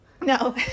no